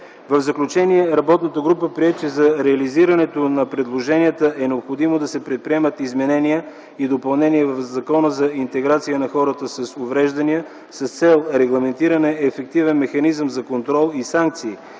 В заключение работната група прие, че за реализирането на предложенията е необходимо да се предприемат изменения и допълнения в Закона за интеграция на хората с увреждания, с цел регламентиране ефективен механизъм за контрол и санкции